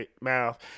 mouth